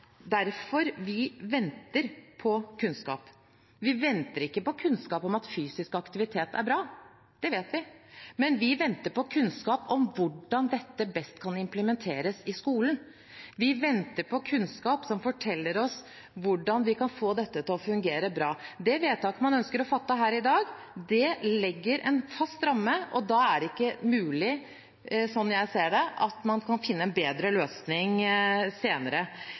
derfor vi venter på kunnskap. Vi venter ikke på kunnskap om at fysisk aktivitet er bra, det vet vi, men vi venter på kunnskap om hvordan dette best kan implementeres i skolen. Vi venter på kunnskap som forteller oss hvordan vi kan få dette til å fungere bra. Det vedtaket man ønsker å fatte her i dag, legger en fast ramme, og da er det ikke mulig – sånn jeg ser det – at man kan finne en bedre løsning senere.